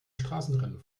straßenrennen